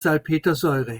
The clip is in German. salpetersäure